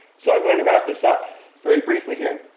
so i'm going to wrap this up very briefly here,